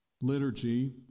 liturgy